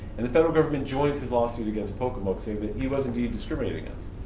and the federal government joins his lawsuit against pocomoke saying that he was indeed discriminated against.